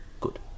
Good